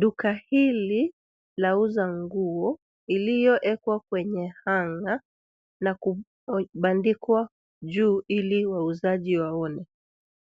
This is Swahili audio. Duka hili la uza nguo iliyo wekwa kwenye [cs ] hang'a [cs ] na kubandikwa juu ili wauzaji waone.